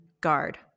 guard